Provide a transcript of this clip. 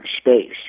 space